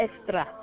extra